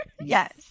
Yes